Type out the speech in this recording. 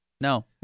No